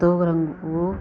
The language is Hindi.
तो अगर हम वह